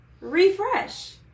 refresh